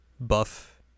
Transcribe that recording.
buff